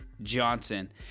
Johnson